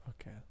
okay